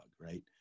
right